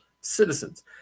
citizens